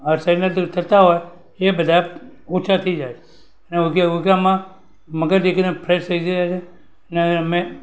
શરીરમાં જે થતા હોય એ બધા ઓછા થઈ જાય અને યોગા યોગામાં મગજ એકદમ ફ્રેશ જાય છે અને અમે